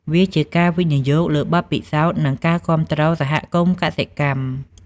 វាជាការវិនិយោគលើបទពិសោធន៍និងការគាំទ្រសហគមន៍កសិកម្ម។